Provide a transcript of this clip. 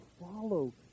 follow